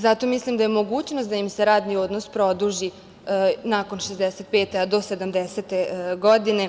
Zato mislim da je mogućnost da im se radni odnos produži nakon šezdeset pete godine, a do sedamdesete godine